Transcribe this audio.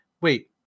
Wait